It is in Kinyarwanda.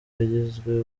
yagizwe